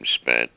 spent